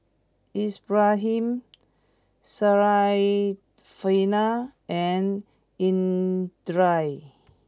Ibrahim Syarafina and Indra